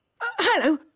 Hello